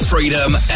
Freedom